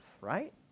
right